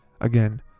again